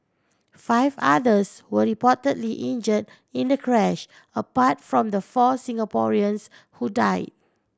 five others were reportedly injured in the crash apart from the four Singaporeans who died